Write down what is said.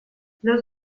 los